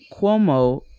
Cuomo